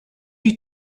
you